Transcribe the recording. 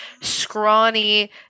scrawny